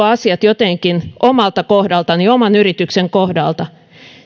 asiat jotenkin omalta kohdaltani oman yrityksen kohdalta